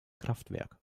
kraftwerk